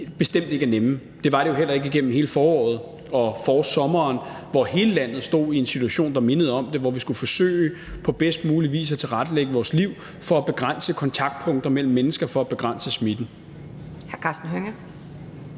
tidligere i dag. Det var det jo heller ikke igennem hele foråret og forsommeren, hvor hele landet stod i en situation, der mindede om den her, og hvor vi på bedst mulig vis skulle forsøge at tilrettelægge vores liv for at begrænse kontaktpunkter mellem mennesker for at begrænse smitten.